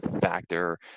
factor